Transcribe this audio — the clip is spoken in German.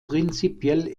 prinzipiell